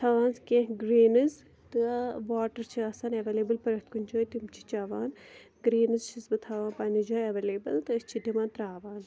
تھاوان کیٚنٛہہ گرٛینٕز تہٕ واٹَر چھِ آسان اٮ۪وٮ۪لیبٕل پرٛٮ۪تھ کُنہِ جایہِ تِم چھِ چٮ۪وان گرٛینٕز چھِس بہٕ تھاوان پَنٛنہِ جایہِ اٮ۪وٮ۪لیبٕل تہٕ أسۍ چھِ تِمَن ترٛاوان